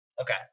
Okay